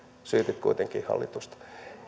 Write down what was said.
syytit kuitenkin hallitusta